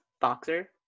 boxer